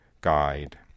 guide